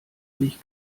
mich